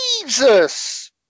Jesus